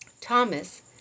Thomas